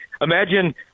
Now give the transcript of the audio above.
imagine